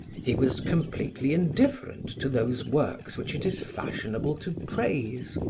he was completely indifferent to those works which it is fashionable to praise.